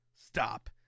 stop